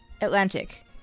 Atlantic